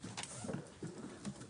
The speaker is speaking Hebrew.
13:10.